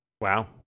Wow